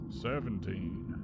Seventeen